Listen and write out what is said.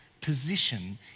position